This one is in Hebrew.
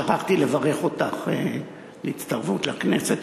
שכחתי לברך אותך על הצטרפות לכנסת,